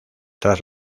tras